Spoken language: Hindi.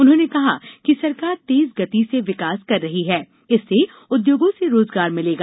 उन्होंने कहा कि सरकार तेज गति से विकास कर रही है इससे उद्योगों से रोजगार मिलेगा